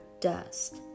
dust